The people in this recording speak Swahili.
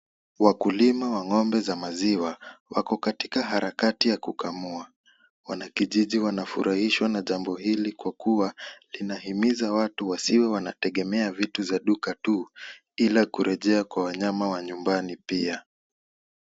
Wakulima wa ngombe za maziwa, wako katika harakati ya kukamua, Wanakijiji wanafurahishwa na jambo hili kwa kuwa linahimiza watu wasiwe wanategemea vitu vya duka tu ila kurejea kwa wanyama wa nyumbani pia.